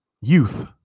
youth